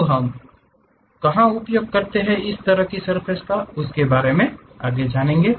अब हम कहां उपयोग करते हैं इस तरह की सर्फ़ेस को उसके बार मे जानेंगे